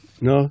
No